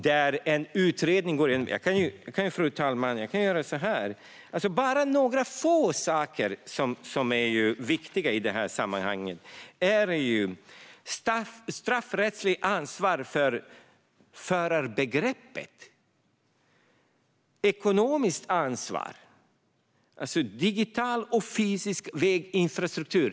Jag vill läsa upp bara några få saker ur betänkandet som är viktiga i sammanhanget. Det handlar till exempel om straffrättsligt ansvar för förarbegreppet, ekonomiskt ansvar och digital och fysisk väginfrastruktur.